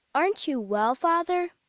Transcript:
aren't you well, father?